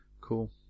Cool